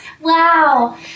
Wow